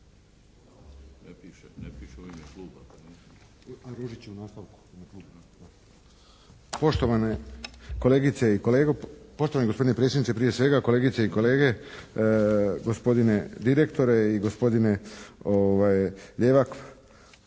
Kovačević. **Kovačević, Pero (HSP)** Poštovane kolegice i kolege, poštovani gospodine predsjedniče prije svega, kolegice i kolege, gospodine direktore i gospodine Ljevak